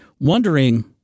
wondering